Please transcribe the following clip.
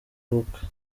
ubukwe